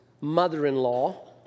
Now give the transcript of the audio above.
mother-in-law